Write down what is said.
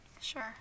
Sure